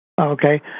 Okay